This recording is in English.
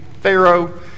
Pharaoh